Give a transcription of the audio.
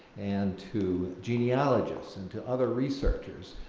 and to genealogists and to other researchers,